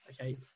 okay